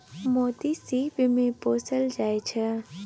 मोती सिप मे पोसल जाइ छै